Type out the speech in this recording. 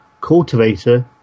cultivator